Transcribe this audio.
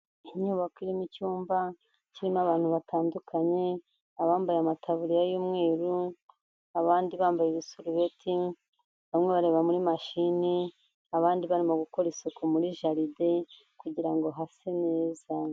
Inyubako irimo icyumba kirimo abantu batandukanye, abambaye amataburiya y'umweru, abandi bambaye ibisubeti, bamwe bareba muri mashini, abandi barimo gukora isuku muri jaride kugira ngo hase neza.